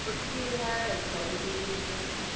छोटकी है सौ रुपये किलो